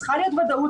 צריכה להיות ודאות,